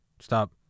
Stop